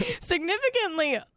Significantly